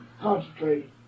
concentrate